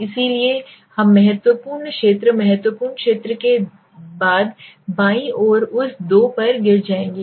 इसलिए हम महत्वपूर्ण क्षेत्र महत्वपूर्ण क्षेत्र के बाद बाईं और उस 2 पर गिर जाएंगे